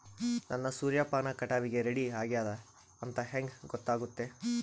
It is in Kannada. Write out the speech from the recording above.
ನನ್ನ ಸೂರ್ಯಪಾನ ಕಟಾವಿಗೆ ರೆಡಿ ಆಗೇದ ಅಂತ ಹೆಂಗ ಗೊತ್ತಾಗುತ್ತೆ?